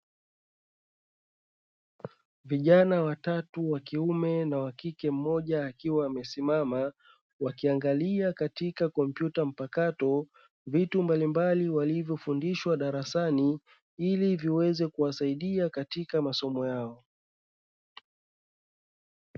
Vijana watatu wa kiume na wa kike mmoja wakiwa wamesimama wakiangalia katika kompyuta mpakato, vitu mbalimbali walivyofundishwa darasani ili viweze kuwasaidia katika masomo yao.